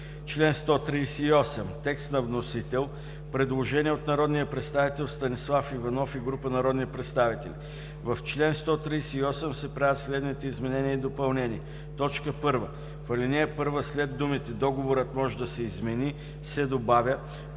чл. 137. По чл. 138 има предложение от народния представител Станислав Иванов и група народни представители: „В чл. 138 се правят следните изменения и допълнения: 1. В ал. 1 след думите „договорът може да се измени“ се добавя